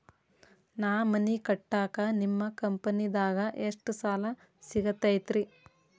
ನಾ ಮನಿ ಕಟ್ಟಾಕ ನಿಮ್ಮ ಕಂಪನಿದಾಗ ಎಷ್ಟ ಸಾಲ ಸಿಗತೈತ್ರಿ?